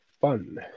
Fun